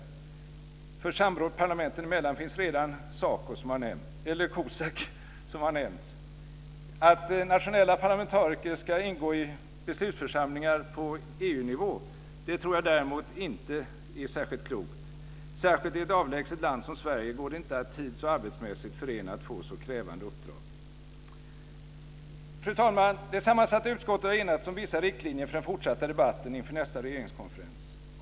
För samråd parlamenten emellan finns redan COSAC, som har nämnts. Att nationella parlamentariker ska ingå i beslutsförsamlingar på EU-nivå tror jag däremot inte är särskilt klokt. Särskilt i ett avlägset land som Sverige går det inte att tids och arbetsmässigt förena två så krävande uppdrag. Fru talman! Det sammansatta utskottet har enats om vissa riktlinjer för den fortsatta debatten inför nästa regeringskonferens.